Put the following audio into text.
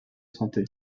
santé